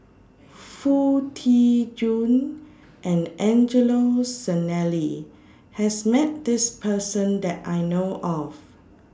Foo Tee Jun and Angelo Sanelli has Met This Person that I know of